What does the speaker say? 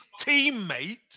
teammate